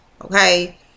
okay